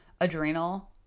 adrenal